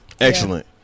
excellent